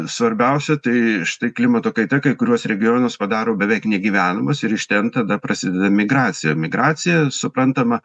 svarbiausia tai štai klimato kaita kai kuriuos regionus padaro beveik negyvenamus ir iš ten tada prasideda migracija migracija suprantama